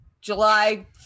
july